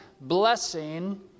blessing